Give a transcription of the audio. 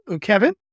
Kevin